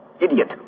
Idiot